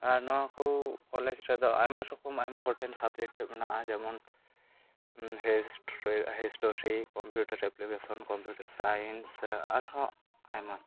ᱟᱨ ᱱᱚᱣᱟᱠᱚ ᱠᱚᱞᱮᱡᱽᱨᱮᱫᱚ ᱟᱭᱢᱟ ᱨᱚᱠᱚᱢ ᱟᱭᱢᱟ ᱜᱚᱴᱮᱱ ᱥᱟᱵᱽᱡᱮᱠᱴ ᱢᱮᱱᱟᱜᱼᱟ ᱡᱮᱢᱚᱱ history computer application computer science ᱟᱨᱦᱚᱸ ᱟᱭᱢᱟ